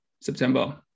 September